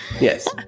Yes